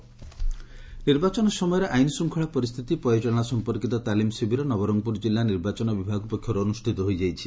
ତାଲିମ୍ ଶିବିର ନିର୍ବାଚନ ସମୟରେ ଆଇନ୍ ଶୃଙ୍ଖଳା ପରିସ୍ଚିତି ପରିଚାଳନା ସମ୍ପର୍କିତ ତାଲିମ୍ ଶିବିର ନବରଙ୍ଙପୁର ଜିଲ୍ଲା ନିର୍ବାଚନ ବିଭାଗ ପକ୍ଷରୁ ଅନୁଷ୍ବିତ ହୋଇଯାଇଛି